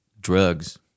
drugs